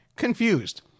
Confused